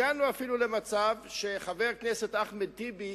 הגענו אפילו למצב שחבר הכנסת אחמד טיבי,